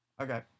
Okay